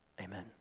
Amen